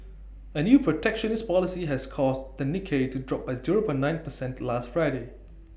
A new protectionist policy has caused the Nikkei to drop by zero point nine percent last Friday